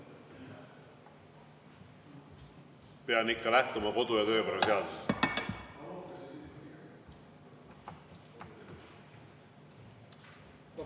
Pean ikka lähtuma kodu- ja töökorra seadusest.